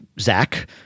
Zach